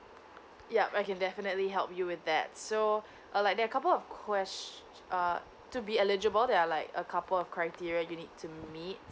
ya I can definitely help you with that so uh like there're couple of quest uh to be eligible there are like a couple of criteria you need to meet